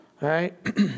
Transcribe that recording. right